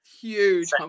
huge